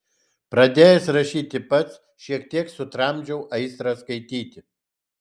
pradėjęs rašyti pats šiek tiek sutramdžiau aistrą skaityti